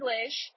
English